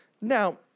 Now